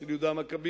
של יהודה המכבי,